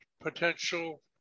potential